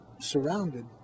surrounded